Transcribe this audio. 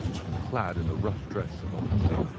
and clad in the rough dress of a hunter,